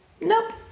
Nope